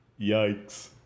Yikes